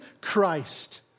Christ